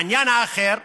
העניין האחר,